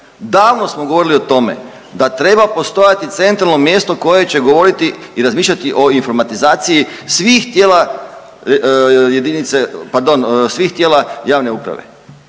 Davno smo govorili o tome da treba postojati centralno mjesto koje će govoriti i razmišljati o informatizaciji svih tijela jedinice,